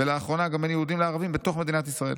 ולאחרונה גם בין יהודים לערבים בתוך מדינת ישראל.